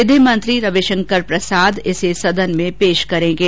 विधि मंत्री रविशंकर प्रसाद इसे सदन में पेश करेंगे